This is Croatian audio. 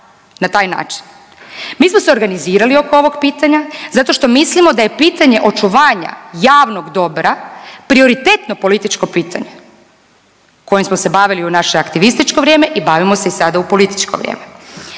na taj način. Mi smo se organizirali oko ovog pitanja zato što mislimo da je pitanje očuvanja javnog dobra prioritetno političko pitanje kojim smo se bavili u naše aktivnističko vrijeme i bavimo se sada u političko vrijeme.